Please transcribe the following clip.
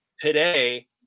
today –